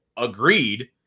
agreed